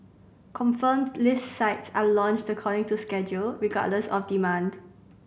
confirmed list sites are launched according to schedule regardless of demand